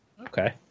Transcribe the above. Okay